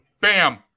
Bam